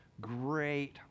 great